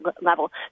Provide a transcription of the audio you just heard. level